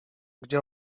gdzie